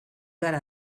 gara